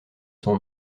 son